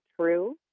true